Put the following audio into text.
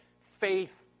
Faith